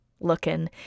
looking